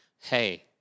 hey